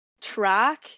track